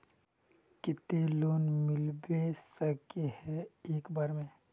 केते लोन मिलबे सके है एक बार में?